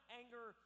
anger